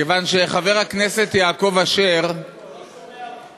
כיוון שחבר הכנסת יעקב אשר, הוא לא שומע אותך.